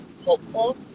hopeful